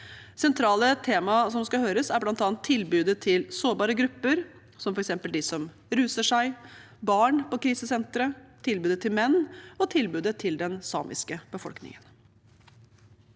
Sentrale temaer som skal høres, er bl.a. tilbudet til sårbare grupper, som f.eks. de som ruser seg, barn på krisesenter, tilbudet til menn, og tilbudet til den samiske befolkningen.